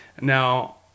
Now